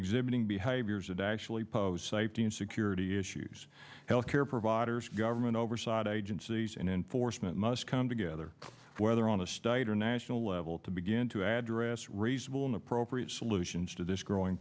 exhibiting behaviors that actually pose safety and security issues health care providers government oversight agencies and enforcement must come together whether on a state or national level to begin to address reasonable and appropriate solutions to this growing